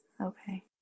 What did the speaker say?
Okay